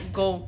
go